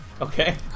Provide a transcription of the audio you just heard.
Okay